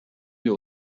wir